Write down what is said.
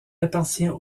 appartient